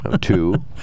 Two